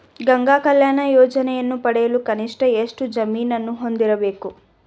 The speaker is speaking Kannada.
ಗಂಗಾ ಕಲ್ಯಾಣ ಯೋಜನೆಯನ್ನು ಪಡೆಯಲು ಕನಿಷ್ಠ ಎಷ್ಟು ಜಮೀನನ್ನು ಹೊಂದಿರಬೇಕು?